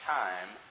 time